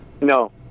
no